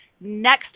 next